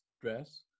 dress